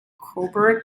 cobra